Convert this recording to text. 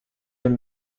aime